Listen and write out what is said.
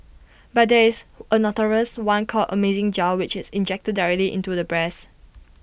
but there is A notorious one called amazing gel which is injected directly into the breasts